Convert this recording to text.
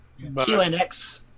QNX